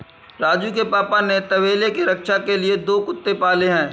राजू के पापा ने तबेले के रक्षा के लिए दो कुत्ते पाले हैं